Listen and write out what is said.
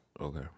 Okay